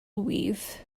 weave